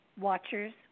watchers